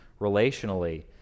relationally